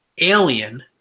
Alien